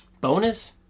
bonus